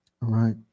right